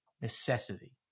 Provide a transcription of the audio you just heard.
necessity